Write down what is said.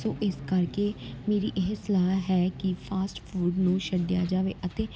ਸੋ ਇਸ ਕਰਕੇ ਮੇਰੀ ਇਹ ਸਲਾਹ ਹੈ ਕਿ ਫਾਸਟ ਫੂਡ ਨੂੰ ਛੱਡਿਆ ਜਾਵੇ ਅਤੇ